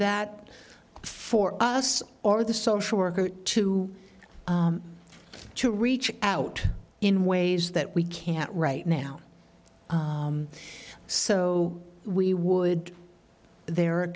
that for us or the social worker to to reach out in ways that we can't right now so we would the